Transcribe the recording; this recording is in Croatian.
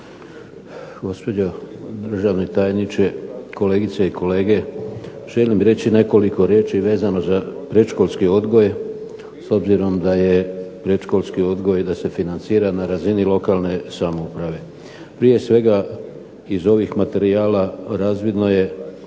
gospodine državni tajniče, kolegice i kolege. Želim reći nekoliko riječi za predškolski odgoj, s obzirom da je predškolski odgoj i da se financira na razini lokalne samouprave. Prije svega iz ovih materijala razvidno je